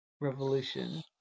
Revolution